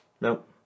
Nope